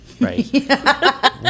Right